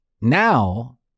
Now